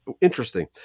interesting